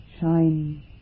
shine